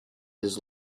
his